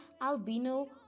albino